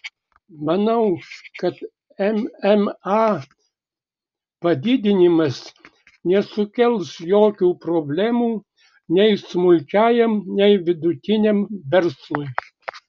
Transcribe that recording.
manau kad mma padidinimas nesukels jokių problemų nei smulkiajam nei vidutiniam verslui